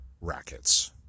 rackets